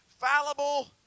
fallible